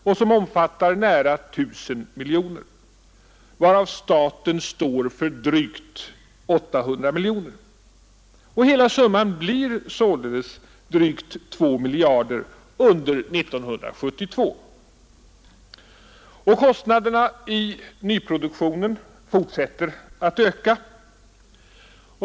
Denna subventionering uppgår till nära 1000 miljoner kronor, varav staten står för drygt 800 miljoner kronor. Hela summan blir således drygt 2 miljarder kronor under 1972. Kostnaderna i nyproduktionen fortsätter att öka.